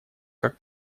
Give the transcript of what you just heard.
как